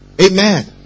Amen